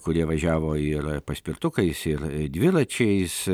kurie važiavo ir paspirtukais ir dviračiais